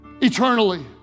eternally